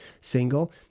single